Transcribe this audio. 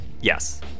Yes